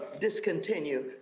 discontinue